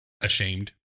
Ashamed